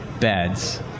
beds